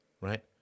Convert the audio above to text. right